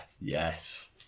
Yes